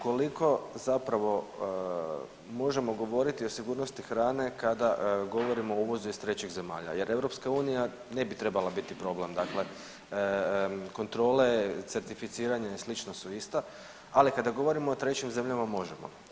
Koliko zapravo možemo govoriti o sigurnosti hrane kada govorimo o uvozu iz trećih zemalja jer EU ne bi trebala biti problem, dakle kontrole, certificiranje i sl. su ist, ali kada govorimo o trećim zemljama možemo?